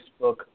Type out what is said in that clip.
Facebook